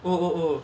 oh oh